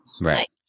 Right